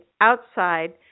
outside